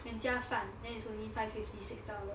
then 加饭 then it's only five fifty six dollar